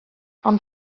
ond